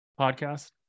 podcast